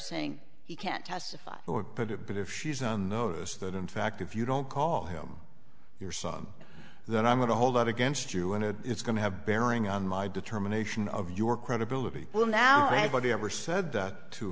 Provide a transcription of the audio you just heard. saying he can't testify or put it but if she's on notice that in fact if you don't call him your son then i'm going to hold out against you in it it's going to have bearing on my determination of your credibility will now but he ever said that to